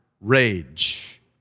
rage